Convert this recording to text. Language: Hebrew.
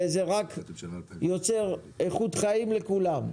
זה רק יוצר איכות חיים לכולם.